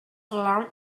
alarmed